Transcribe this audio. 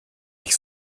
ich